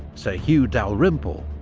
sir hew dalrymple,